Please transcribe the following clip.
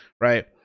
right